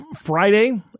Friday